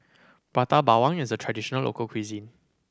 Prata Bawang is a traditional local cuisine